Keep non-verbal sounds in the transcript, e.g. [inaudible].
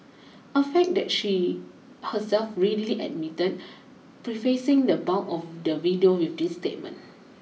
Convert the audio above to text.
[noise] a fact that she herself readily admitted prefacing the bulk of the video with this statement [noise]